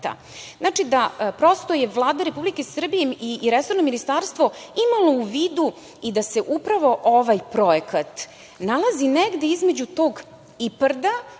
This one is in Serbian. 50%.Znači da je Vlada Republike Srbije i resorno ministarstvo imalo u vidu i da se upravo ovaj projekat nalazi negde između tog IPARD-a